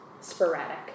sporadic